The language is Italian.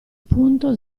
punto